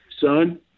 son